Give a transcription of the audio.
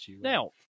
Now